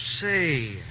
say